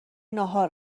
ناهار